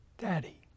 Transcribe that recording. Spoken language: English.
Daddy